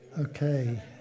Okay